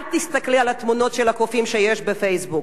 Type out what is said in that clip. אל תסתכלי על התמונות של הקופים שיש ב"פייסבוק".